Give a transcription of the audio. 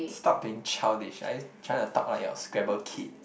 stop being childish are you trying to talk like your scrabble kids